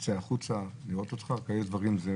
צא החוצה לראות אותך, כאלה דברים?